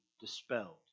dispelled